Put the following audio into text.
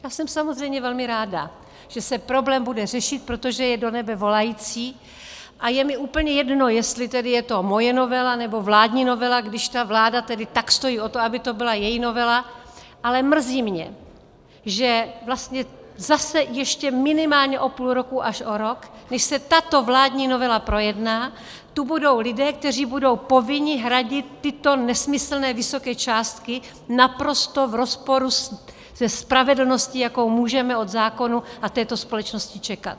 To jsem samozřejmě velmi ráda, že se problém bude řešit, protože je do nebe volající, a je mi úplně jedno, jestli tedy je to moje novela, nebo vládní novela, když ta vláda tedy tak stojí o to, aby to byla její novela, ale mrzí mě, že vlastně zase ještě minimálně o půl roku až o rok, než se tato vládní novela projedná, tu budou lidé, kteří budou povinni hradit tyto nesmyslné vysoké částky naprosto v rozporu se spravedlností, jakou můžeme od zákonů a této společnosti čekat.